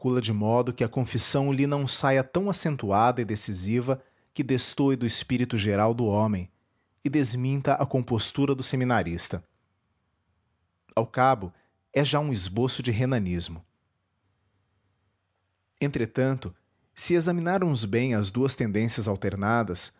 de modo que a confissão lhe não saia tão acentuada e decisiva que destoe do espírito geral do homem e desminta a compostura do seminarista ao cabo é já um esboço de renanismo entretanto se examinarmos bem as duas tendências alternadas